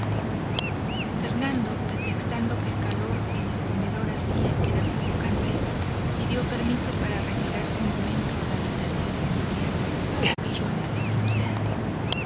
fernando pretextando que el calor que en el comedor hacía era sofocante pidió permiso para retirarse un momento a la habitación inmediata y yo le seguí